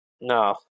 No